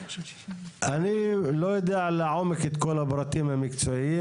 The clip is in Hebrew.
אני לא יודע לעומק את כל הפרטים המקצועיים